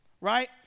right